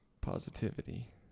Positivity